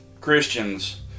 Christians